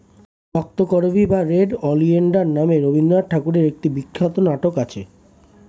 রক্তকরবী বা red oleander নামে রবিন্দ্রনাথ ঠাকুরের একটি বিখ্যাত নাটক আছে